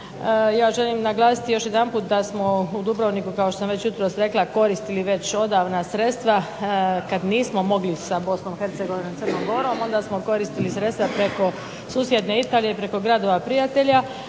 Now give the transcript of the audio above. ja želim naglasiti još jedanputa smo u Dubrovniku kao što sam već jutros rekla koristili već odavna sredstva kad nismo mogli sa Bosnom i Hercegovinom, Crnom Gorom, onda smo koristili sredstva preko susjedne Italije i preko gradova prijatelja.